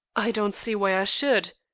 i don't see why i should.